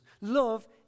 Love